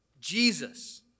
Jesus